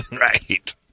Right